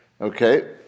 Okay